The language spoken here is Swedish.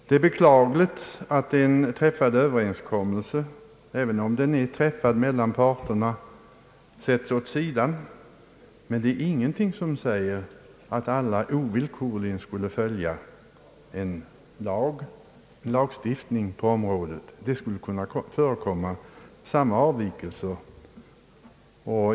Det är beklagligt att en mellan parterna träffad överenskommelse sätts åt sidan, men det finns ingenting som säger att alla ovillkorligen skulle följa en lagstiftning på området. Samma avvikelser skulle kunna förekomma.